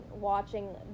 watching